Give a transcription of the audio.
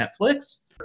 Netflix